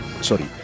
sorry